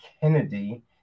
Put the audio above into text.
Kennedy